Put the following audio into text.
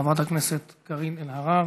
חברת הכנסת קארין אלהרר.